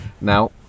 Now